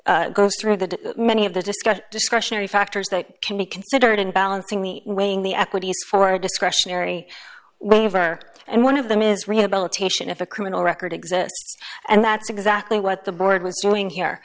morales goes through that many of the discussed discretionary factors that can be considered unbalancing the weighing the equities for a discretionary waiver and one of them is rehabilitation if a criminal record exists and that's exactly what the board was doing here